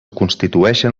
constitueixen